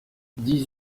dix